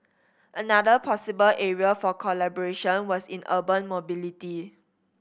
another possible area for collaboration was in urban mobility